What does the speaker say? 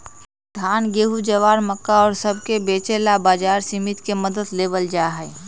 धान, गेहूं, ज्वार, मक्का और सब के बेचे ला बाजार समिति के मदद लेवल जाहई